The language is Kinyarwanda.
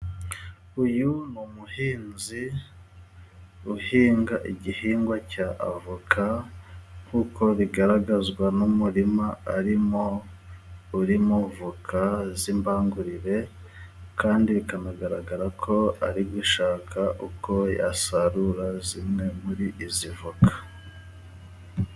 uyu ni umuhinzi uhinga igihingwa cya avoka, nkuko bigaragazwa n'umurima, arimo urimo voka z'imbangurire, kandi bikanagaragara ko ari gushaka uko yasarura, zimwe murizi avoka.